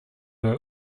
were